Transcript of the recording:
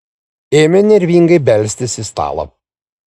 ėmė nervingai belsti į stalą